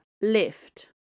Lift